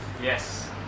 Yes